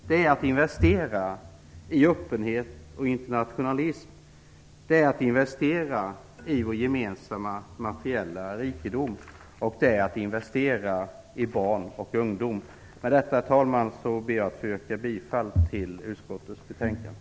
Det är att investera i öppenhet och internationalism. Det är att investera i vår gemensamma materiella rikedom, och det är att investera i barn och ungdom. Med detta, herr talman, ber jag att få yrka bifall till utskottets hemställan.